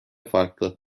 farklı